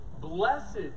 blessed